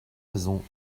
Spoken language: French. maisons